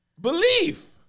Belief